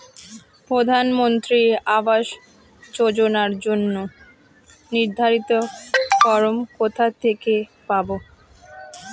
প্রধানমন্ত্রী আবাস যোজনার জন্য নির্ধারিত ফরম কোথা থেকে পাব?